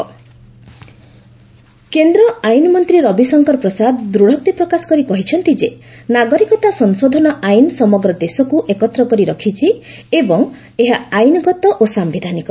CAA Prasad କେନ୍ଦ୍ର ଆଇନମନ୍ତ୍ରୀ ରବିଶଙ୍କର ପ୍ରସାଦ ଦୂଡ଼ୋକ୍ତି ପ୍ରକାଶ କରି କହିଛନ୍ତି ଯେ ନାଗରିକତା ସଂଶୋଧନ ଆଇନ ସମଗ୍ର ଦେଶକୁ ଏକତ୍ର କରି ରଖିଛି ଏବଂ ଏହା ଆଇନଗତ ଓ ସାୟିଧାନିକ